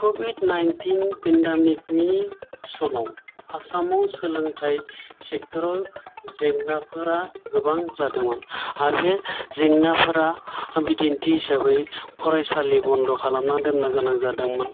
कभिद nineteen pandemic नि समाव आसामाव सोलोंथाइ सेक्त'राव जेंनाफोरा गोबां जादोंमोन आरो बे जेंनाफोरा बिदिन्थि हिसाबै फरायसालि बन्द' खालामना दोननो गोनां जादोंमोन